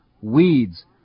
weeds